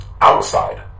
outside